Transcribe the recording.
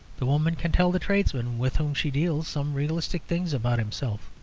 the woman can tell the tradesman with whom she deals some realistic things about himself.